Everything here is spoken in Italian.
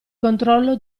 controllo